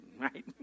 right